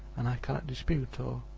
and i cannot dispute, or,